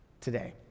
today